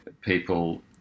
people